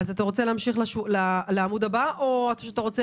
אתה רוצה להמשיך לעמוד הבא או שאתה רוצה